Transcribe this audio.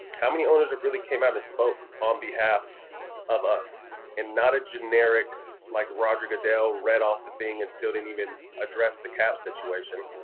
how many owners have really came out and spoke on behalf of us? and not a generic like roger goodell read off the thing and still didn't even address the kap situation.